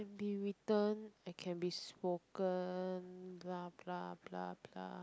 can be written and can be spoken blah blah blah blah